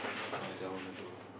what is I wanna do